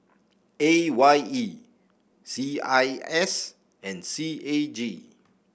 A Y E C I S and C A G